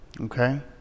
Okay